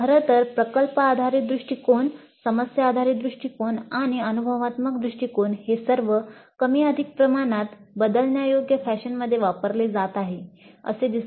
खरं तर् प्रकल्प आधारित दृष्टीकोन समस्या आधारित दृष्टीकोन आणि अनुभवात्मक दृष्टिकोन हे सर्व कमी अधिक प्रमाणात बदलण्यायोग्य फॅशनमध्ये वापरले जात आहेत असे दिसते